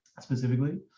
specifically